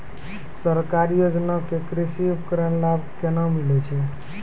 सरकारी योजना के कृषि उपकरण लाभ केना मिलै छै?